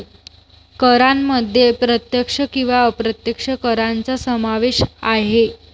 करांमध्ये प्रत्यक्ष किंवा अप्रत्यक्ष करांचा समावेश आहे